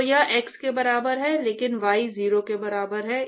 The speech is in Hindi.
तो यह x के बराबर है लेकिन y 0 के बराबर है